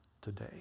today